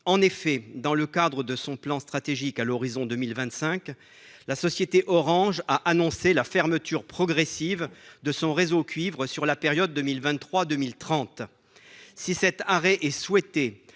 cuivre. Dans le cadre de son plan stratégique à l'horizon 2025, la société Orange a annoncé la fermeture progressive de son réseau cuivre au cours de la période 2023-2030. Si cet arrêt est souhaité